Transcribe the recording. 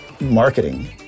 marketing